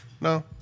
No